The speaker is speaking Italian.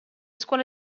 scuole